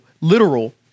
literal